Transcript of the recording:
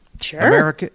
Sure